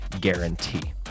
guarantee